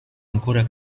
ancora